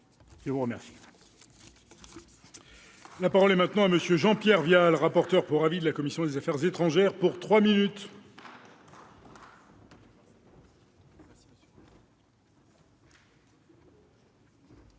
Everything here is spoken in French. Je vous remercie,